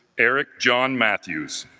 eric john matthews